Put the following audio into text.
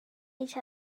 each